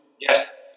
Yes